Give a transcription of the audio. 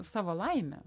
savo laimę